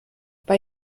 bei